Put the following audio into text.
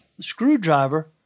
screwdriver